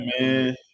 man